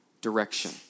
direction